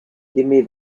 gimme